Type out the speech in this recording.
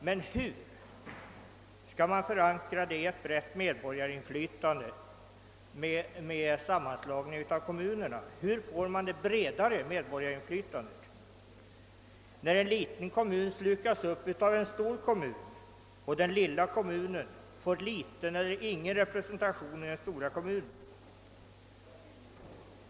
Men hur skall en sådan förankring i ett brett medborgarinflytande ske efter en sammanslagning när en liten kommun slukas upp av en stor kommun och den lilla kommunen får liten eller ingen representation i den stora kommunen?